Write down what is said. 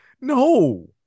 no